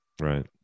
right